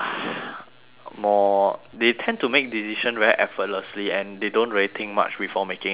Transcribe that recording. more they tend to make decision very effortlessly and they don't really think much before making a decision